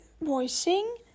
voicing